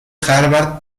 harvard